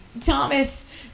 Thomas